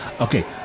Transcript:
Okay